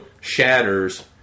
shatters